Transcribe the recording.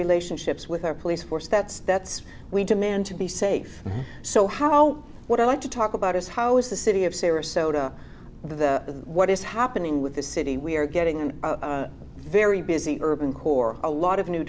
relationships with our police force that's that's we demand to be safe so how what i like to talk about is how is the city of sarasota the what is happening with the city we are getting on very busy urban core a lot of new